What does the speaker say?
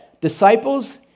disciples